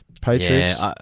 Patriots